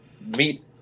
meet